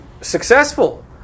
successful